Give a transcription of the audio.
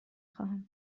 خواهم